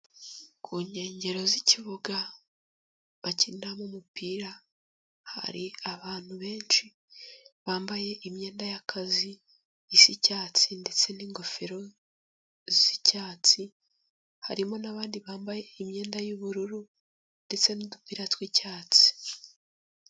Ku nkengero z'ikibuga bakiniramo umupira, hari abantu benshi bambaye imyenda y'akazi isa icyatsi ndetse n'ingofero z'icyatsi, harimo n'abandi bambaye imyenda y'ubururu ndetse n'udupira tw'icyatsi.